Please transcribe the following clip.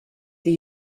die